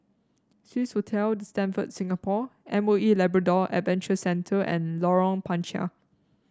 Swissotel The Stamford Singapore M O E Labrador Adventure Centre and Lorong Panchar